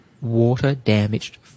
water-damaged